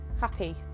happy